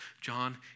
John